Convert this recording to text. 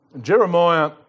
Jeremiah